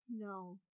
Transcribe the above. No